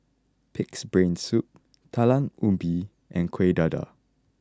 Pig'S Brain Soup Yalam Ubi and Kueh Dadar